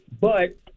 but-